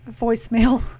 voicemail